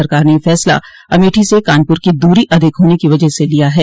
सरकार ने यह फैसला अमेठी से कानपुर की दूरी अधिक होने की वजह से लिया है